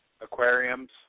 aquariums